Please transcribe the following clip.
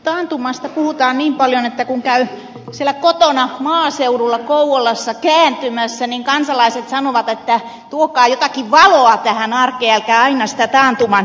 taantumasta puhutaan niin paljon että kun käy siellä kotona maaseudulla kouvolassa kääntymässä niin kansalaiset sanovat että tuokaa jotakin valoa tähän arkeen älkää aina sitä taantuman surusanomaa